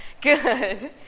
good